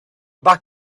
back